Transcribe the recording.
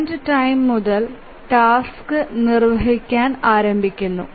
current time മുതൽ task നിർവഹിക്കാൻ ആരംഭിച്ചു